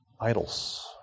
idols